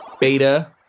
Beta